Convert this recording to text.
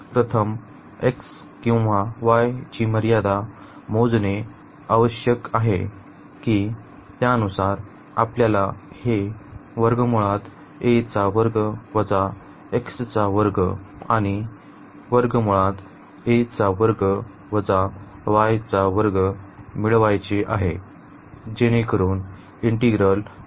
तर प्रथम x किंवा y ची मर्यादा मोजणे आवश्यक आहे की त्यानुसार आपल्याला हे मिळवायचे आहे जेणेकरून इंटिग्रल कॉम्प्लिकेटेड होईल